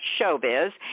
showbiz